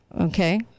Okay